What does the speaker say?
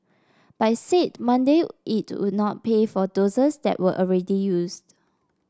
but it said Monday it would not pay for doses that were already used